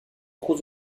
trop